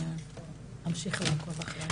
אני אמשיך לעקוב.